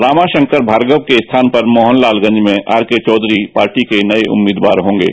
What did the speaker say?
रामारांकर भार्गव के स्थान पर मोहनलालगंज में आरके चौधरी पार्टी के नए उम्मीदवार होंगे